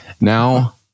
Now